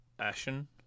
Ashen